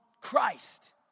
Christ